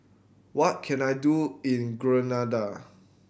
what can I do in Grenada